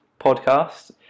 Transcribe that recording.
podcast